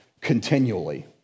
continually